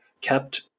kept